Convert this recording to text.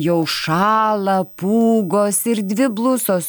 jau šąla pūgos ir dvi blusos